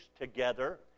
together